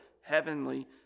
heavenly